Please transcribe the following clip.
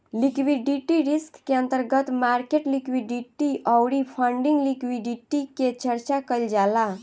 liquidity risk के अंतर्गत market liquidity अउरी फंडिंग लिक्विडिटी के चर्चा कईल जाला